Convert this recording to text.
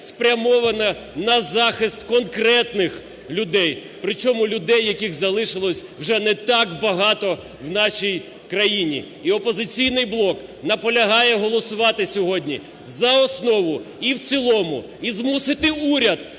спрямоване на захист конкретних людей. Причому, людей, яких залишилося вже не так багато в нашій країні. І "Опозиційний блок" наполягає голосувати сьогодні за основу і в цілому, і змусити уряд